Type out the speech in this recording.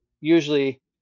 usually